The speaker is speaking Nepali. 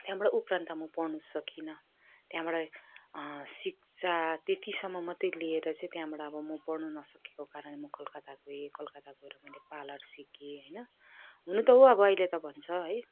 त्यहाँबाट उपरान्त म पढ्न सकिनँ त्यहाँबाट शिक्षा तेतिसम्म मत्तै लिएर चै त्यहाँबाट अब म पढ्नु नसकेको कारणले म कलकत्ता गएँ कलकत्ता गएर मैले पार्लार सिकेँ होइन हुन त हो अब अहिले त भन्छ है